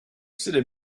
city